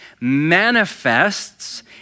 manifests